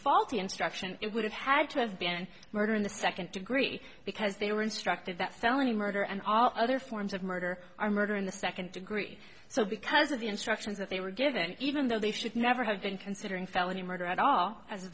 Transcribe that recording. faulty instruction it would have had to have been murder in the second degree because they were instructed that felony murder and all other forms of murder are murder in the second degree so because of the instructions that they were given even though they should never have been considering felony murder at all as